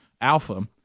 alpha